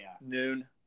Noon